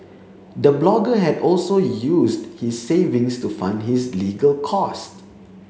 the blogger had also used his savings to fund his legal cost